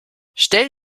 stell